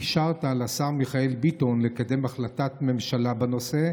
אישרת לשר מיכאל ביטון לקדם החלטת ממשלה בנושא,